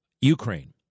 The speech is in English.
Ukraine